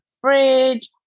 fridge